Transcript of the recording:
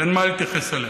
אין מה להתייחס אליה.